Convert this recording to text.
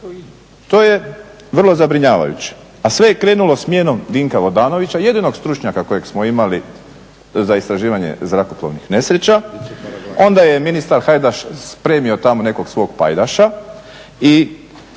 To je vrlo zabrinjavajuće. A sve je krenulo smjenom Dinka Vodanovića, jedinog stručnjaka kojeg smo imali za istraživanje zrakoplovnih nesreća. Onda je ministar Hajdaš spremio tamo nekog svog pajdaša i